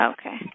Okay